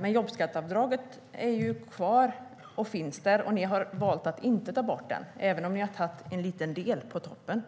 Men jobbskatteavdraget är kvar och finns där. Ni har valt att inte ta bort det även om ni har tagit en liten del på toppen.